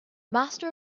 master